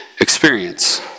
experience